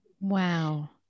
Wow